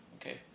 okay